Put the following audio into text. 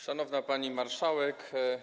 Szanowna Pani Marszałek!